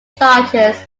charges